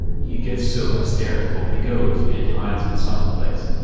he gets so hysterical he goes and hides it someplace.